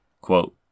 Quote